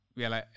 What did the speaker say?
vielä